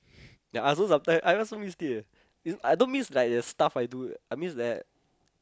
ya I also sometimes I also missed it eh I don't miss the stuff that I do I miss like